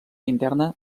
interna